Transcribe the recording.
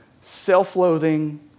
self-loathing